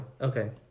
Okay